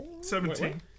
Seventeen